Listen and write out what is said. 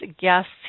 guests